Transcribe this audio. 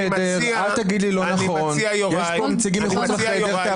יש עוד נציגים מחוץ לחדר.